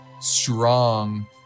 strong